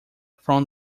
from